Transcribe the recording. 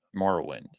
Morrowind